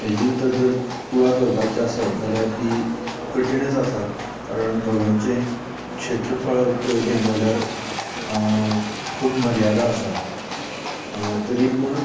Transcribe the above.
हेजा भितर जर तुळा करपाची आसा जाल्यार ती कठिणच आसा कारण दोगांचें क्षेत्रफळ पळयलें जाल्यार खूब मर्यादा आसात तरी पूण